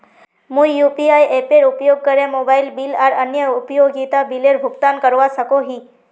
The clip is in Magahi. मुई यू.पी.आई एपेर उपयोग करे मोबाइल बिल आर अन्य उपयोगिता बिलेर भुगतान करवा सको ही